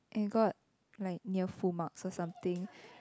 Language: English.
and got like near full marks or something